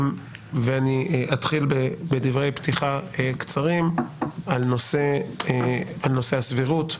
אני אתחיל בדברי פתיחה קצרים על נושא הסבירות,